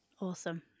Awesome